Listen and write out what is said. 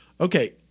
Okay